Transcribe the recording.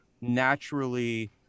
naturally